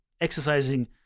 exercising